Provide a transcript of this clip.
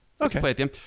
Okay